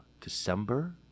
December